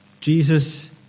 Jesus